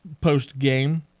post-game